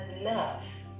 enough